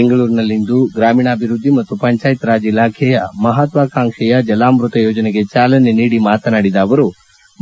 ಬೆಂಗಳೂರಿನಲ್ಲಿಂದು ಗ್ರಾಮೀಣಾಭಿವೃದ್ಧಿ ಮತ್ತು ಪಂಚಾಯತ್ರಾಜ್ ಇಲಾಖೆಯ ಮಪತ್ವಾಂಕ್ಷೆಯ ಜಲಾಮೃತ ಯೋಜನೆಗೆ ಚಾಲನೆ ನೀಡಿ ಮಾತನಾಡಿದ ಅವರು